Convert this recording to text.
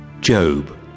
Job